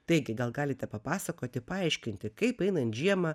taigi gal galite papasakoti paaiškinti kaip einant žiemą